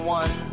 one